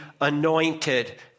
anointed